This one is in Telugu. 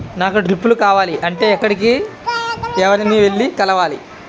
నాకు డ్రిప్లు కావాలి అంటే ఎక్కడికి, ఎవరిని వెళ్లి కలవాలి?